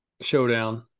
Showdown